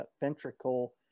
ventricle